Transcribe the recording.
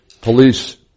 police